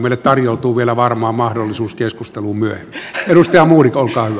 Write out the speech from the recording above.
meille tarjoutuu vielä varmaan mahdollisuus keskusteluun myöhemmin